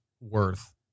worth